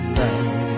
love